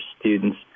students